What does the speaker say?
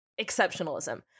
exceptionalism